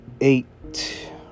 eight